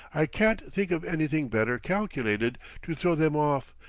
i can't think of anything better calculated to throw them off,